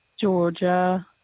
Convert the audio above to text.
Georgia